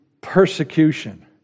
persecution